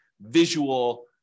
visual